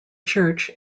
church